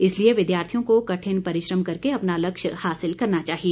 इसलिए विद्यार्थियों को कठिन परिश्रम करके अपना लक्ष्य हासिल करना चाहिए